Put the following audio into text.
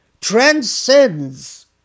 transcends